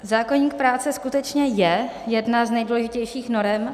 Zákoník práce skutečně je jedna z nejdůležitějších norem.